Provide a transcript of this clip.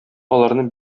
аларны